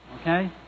Okay